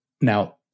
Now